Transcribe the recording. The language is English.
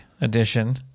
edition